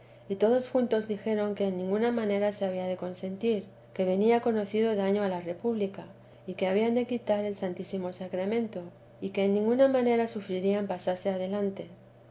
y todos juntos dijeron que en ninguna manera se había de consentir que venía conocido daño a la república y que habían de quitar el santísimo sacramento y que en ninguna manera sufrirían pasase adelante